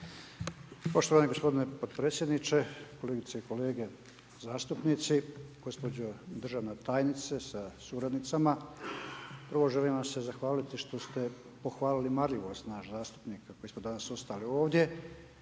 Poštovani gospodine potpredsjedniče, kolegice i kolege zastupnici, gospođo državna tajnice sa suradnicama. Prvo, želim vam se zahvaliti što ste pohvalili marljivost nas zastupnika koji smo danas ostali ovdje